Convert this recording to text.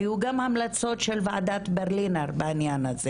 היו גם המלצות של וועדת ברלינר בעניין הזה